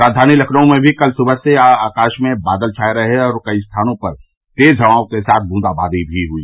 राजधानी लखनऊ में भी कल सुबह से आकाश में बादल छाये रहे और कई स्थानों पर तेज हवाओं के साथ बूंदाबादी भी हुई